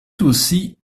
aussi